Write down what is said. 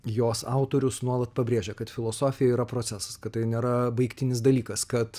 jos autorius nuolat pabrėžia kad filosofija yra procesas kad tai nėra baigtinis dalykas kad